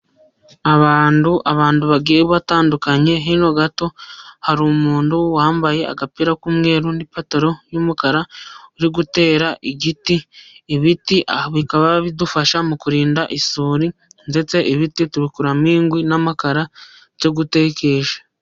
Abantu, abantu bagiye batandukanye, hino gato hari umuntu wambaye agapira k'umweru n'ipantaro y'umukara uri gutera igiti. Ibiti bikaba bidufasha mu kurinda isuri, ndetse ibiti tubikuramo inkwi n'amakara byo gutekesha.